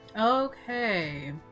Okay